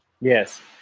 Yes